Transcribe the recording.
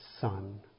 son